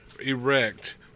erect